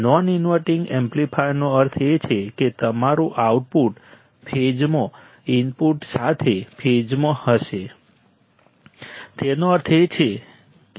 non inverting એમ્પ્લીફાયરનો અર્થ છે કે તમારું આઉટપુટ ફેઝમાં ઇનપુટ સાથે ફેઝમાં હશે તેનો અર્થ છે